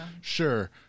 sure